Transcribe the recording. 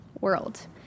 world